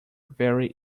very